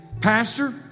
pastor